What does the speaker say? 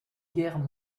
guerre